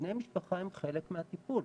בני המשפחה הם חלק מהטיפול.